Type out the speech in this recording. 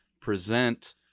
present